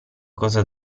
cosa